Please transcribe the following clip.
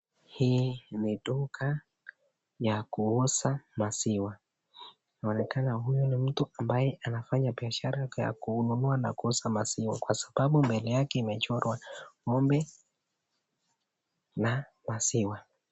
Hii ni duka ya kuuza maziwa . Inaonekana huyu ni mtu ambaye anafanya biashara ya kununua na kuuza maziwa kwa sababu mbele yake imechorwa ng'ombe na maziwa.